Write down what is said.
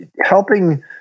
helping